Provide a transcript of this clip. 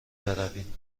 برویم